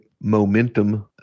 momentum